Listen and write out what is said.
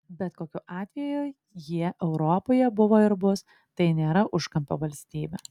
bet kokiu atveju jie europoje buvo ir bus tai nėra užkampio valstybė